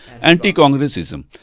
anti-congressism